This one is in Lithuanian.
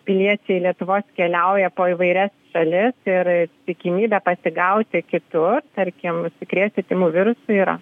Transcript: piliečiai lietuvos keliauja po įvairias šalis ir tikimybė pasigauti kitur tarkim užsikrėsti tymų virusu yra